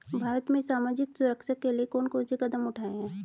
भारत में सामाजिक सुरक्षा के लिए कौन कौन से कदम उठाये हैं?